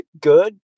good